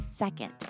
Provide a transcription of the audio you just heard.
second